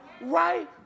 right